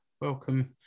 Welcome